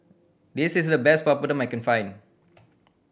this is the best Papadum that I can find